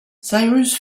cyrus